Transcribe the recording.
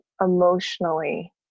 emotionally